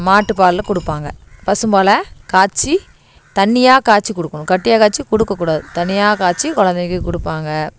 மாட்டுப்பாலில் கொடுப்பாங்க பசும் பாலை காய்ச்சி தண்ணியாக காய்ச்சி கொடுக்கணும் கட்டியாக காய்ச்சி கொடுக்கக் கூடாது தண்ணியாக காய்ச்சி குழந்தைக்கி கொடுப்பாங்க